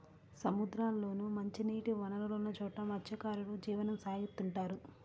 సముద్రాల్లోనూ, మంచినీటి వనరులున్న చోట మత్స్యకారులు జీవనం సాగిత్తుంటారు